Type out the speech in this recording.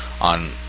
on